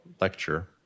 lecture